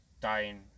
dying